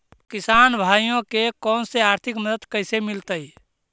किसान भाइयोके कोन से आर्थिक मदत कैसे मीलतय?